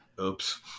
Oops